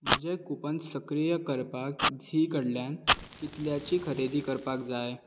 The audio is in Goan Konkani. म्हजे कूपन सक्रीय करपाक झी कडल्यान कितल्याची खरेदी करपाक जाय